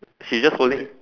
she just holding